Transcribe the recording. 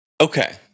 Okay